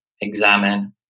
examine